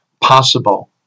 possible